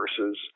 versus